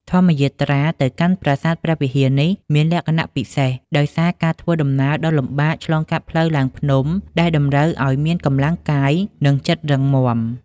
ធម្មយាត្រាទៅកាន់ប្រាសាទនេះមានលក្ខណៈពិសេសដោយសារការធ្វើដំណើរដ៏លំបាកឆ្លងកាត់ផ្លូវឡើងភ្នំ ដែលតម្រូវឲ្យមានកម្លាំងកាយ និងចិត្តរឹងមាំ។